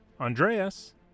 Andreas